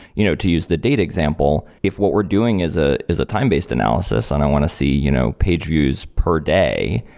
you know to use the data example, if what we're doing is a is a time-based analysis and i want to see you know page views per day,